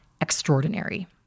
extraordinary